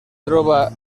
troba